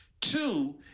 Two